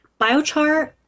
biochar